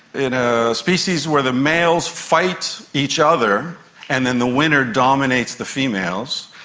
in a species where the males fight each other and then the winner dominates the females,